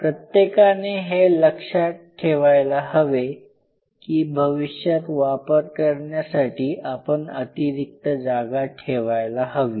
प्रत्येकाने हे लक्षात ठेवायला हवे की भविष्यात वापर करण्यासाठी आपण अतिरिक्त जागा ठेवायला हवी